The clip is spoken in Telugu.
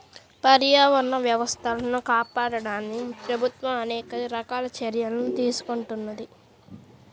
పర్యావరణ వ్యవస్థలను కాపాడడానికి ప్రభుత్వం అనేక రకాల చర్యలను తీసుకుంటున్నది